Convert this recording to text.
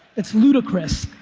it's ludicrous.